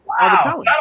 Wow